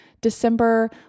December